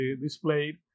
displayed